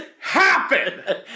happen